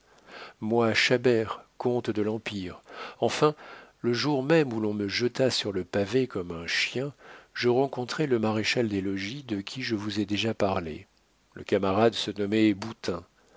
moi chabert comte de l'empire enfin le jour même où l'on me jeta sur le pavé comme un chien je rencontrai le maréchal-des-logis de qui je vous ai déjà parlé le camarade se nommait boutin